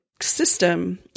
system